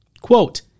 Quote